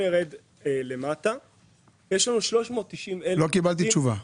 לא קיבלתי תשובה.